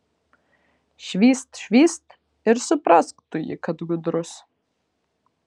švyst švyst ir suprask tu jį kad gudrus